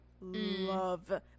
love